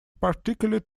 particularly